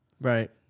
Right